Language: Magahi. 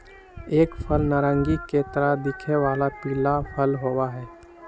एक फल नारंगी के तरह दिखे वाला पीला फल होबा हई